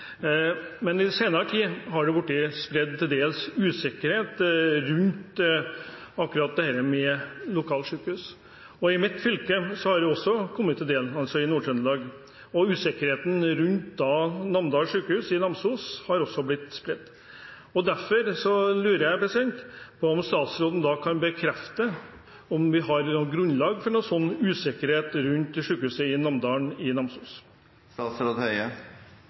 Men i den senere tid har det blitt spredt til dels usikkerhet rundt akkurat dette med lokalsykehus, også i mitt fylke, Nord-Trøndelag, bl.a. har det blitt spredt usikkerhet rundt Namdal sykehus i Namsos. Derfor lurer jeg på om statsråden kan bekrefte at det er grunnlag for en slik usikkerhet rundt sykehuset i Namsos. Jeg mener, som jeg har sagt nå flere ganger i